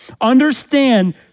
Understand